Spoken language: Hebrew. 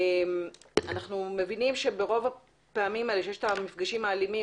אנו מבינים שברוב הפעמים כשיש המפגשים האלימים,